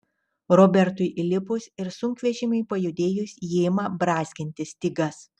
robertui įlipus ir sunkvežimiui pajudėjus ji ima brązginti stygas